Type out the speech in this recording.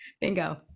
Bingo